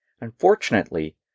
Unfortunately